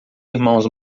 irmãos